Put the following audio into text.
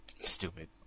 stupid